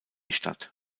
statt